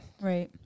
Right